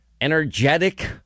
energetic